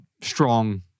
strong